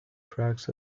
tracks